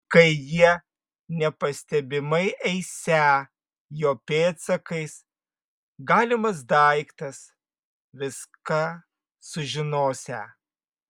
kai jie nepastebimai eisią jo pėdsakais galimas daiktas viską sužinosią